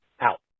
out